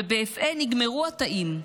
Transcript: ובאפעה נגמרו התאים.